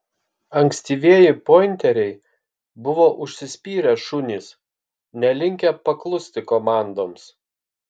ankstyvieji pointeriai buvo užsispyrę šunys nelinkę paklusti komandoms